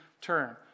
turn